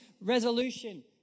resolution